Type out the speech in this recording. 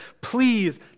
Please